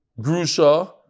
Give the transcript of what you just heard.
Grusha